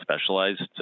specialized